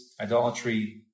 idolatry